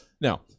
Now